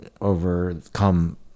overcome